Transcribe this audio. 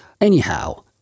Anyhow